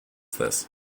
this